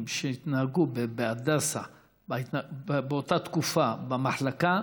שהתנהגו בהדסה באותה תקופה במחלקה,